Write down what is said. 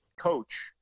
Coach